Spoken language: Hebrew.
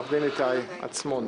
עורך דין איתי עצמון.